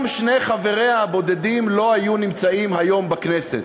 גם שני חבריה הבודדים לא היו נמצאים היום בכנסת.